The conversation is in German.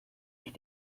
ich